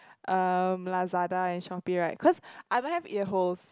erm Lazada and shopee right cause I don't have ear holes